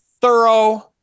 thorough